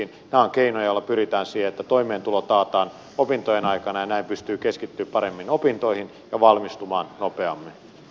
nämä ovat keinoja joilla pyritään siihen että toimeentulo taataan opintojen aikana ja näin pystyy keskittymään paremmin opintoihin ja valmistuvan oppia